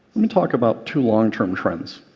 me talk about two long-term trends